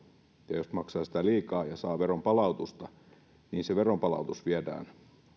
ja jos maksaa sitä liikaa ja saa veronpalautusta niin se veronpalautus viedään